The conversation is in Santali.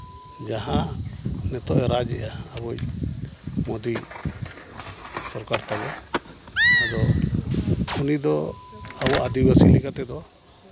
ᱡᱟᱦᱟᱸ ᱱᱤᱛᱚᱜ ᱮ ᱨᱟᱡᱽ ᱮᱜᱼᱟ ᱟᱵᱚᱭᱤᱡ ᱢᱩᱫᱤ ᱥᱚᱨᱠᱟᱨ ᱛᱟᱵᱚ ᱟᱫᱚ ᱩᱱᱤ ᱫᱚ ᱟᱵᱚ ᱟᱹᱫᱤᱵᱟᱹᱥᱤ ᱞᱮᱠᱟ ᱛᱮᱫᱚ